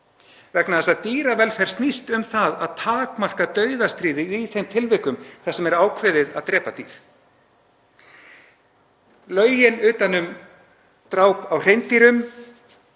vegna þess að dýravelferð snýst um það að takmarka dauðastríðið í þeim tilvikum þar sem er ákveðið að drepa dýr. Lögin utan um dráp á hreindýrum